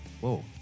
Whoa